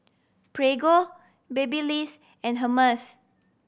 Prego Babyliss and Hermes